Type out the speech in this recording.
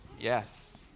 Yes